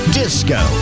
disco